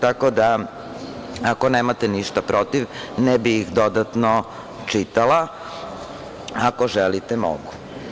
Tako da ako nemate ništa protiv ne bi ih dodatno čitala, a ako želite mogu.